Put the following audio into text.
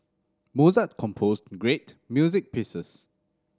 Mozart composed great music pieces